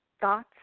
thoughts